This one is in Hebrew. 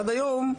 עד היום,